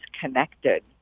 connected